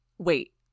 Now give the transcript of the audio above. Wait